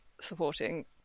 supporting